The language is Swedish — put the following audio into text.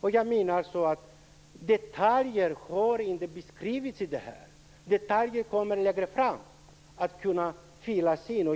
Några detaljer har inte beskrivits, utan detaljerna kommer längre fram.